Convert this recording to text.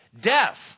Death